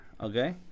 Okay